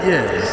Yes